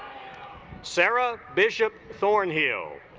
sarah bishop thornhill